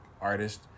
artist